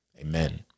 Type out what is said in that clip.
Amen